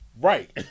Right